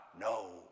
No